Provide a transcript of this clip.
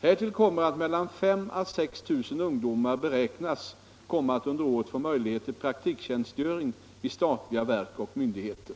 Härtill kommer att mellan 5 000 och 6 000 ungdomar beräknas komma att under året få möjlighet till praktiktjänstgöring vid statliga verk och myndigheter.